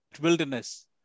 wilderness